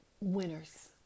winners